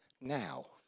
now